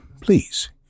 please